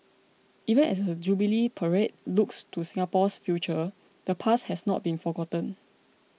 even as the Jubilee parade looks to Singapore's future the past has not been forgotten